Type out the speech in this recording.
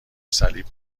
صلیب